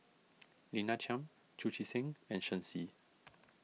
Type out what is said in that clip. Lina Chiam Chu Chee Seng and Shen Xi